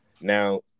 Now